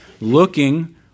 looking